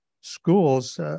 schools